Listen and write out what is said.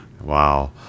Wow